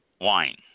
wine